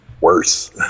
worse